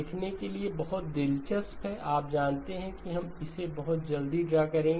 देखने के लिए बहुत दिलचस्प है आप जानते हैं और हम इसे बहुत जल्दी ड्रा करेंगे